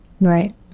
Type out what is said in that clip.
Right